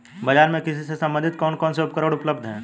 बाजार में कृषि से संबंधित कौन कौन से उपकरण उपलब्ध है?